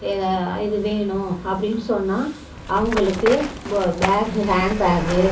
ஏதாது இது வேணும் அப்படின்னு சொன்னால் அவங்களுக்கு பேகு ஹேண்ட் பேக்கு